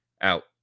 Out